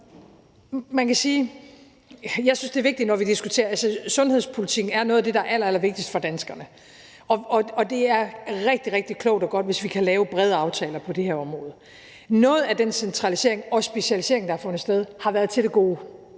her, at sige – for sundhedspolitikken er noget af det, der er allerallervigtigst for danskerne, og det er rigtig, rigtig klogt og godt, hvis vi kan lave brede aftaler på det her område – at noget af den centralisering og specialisering, der har fundet sted, har været til det gode.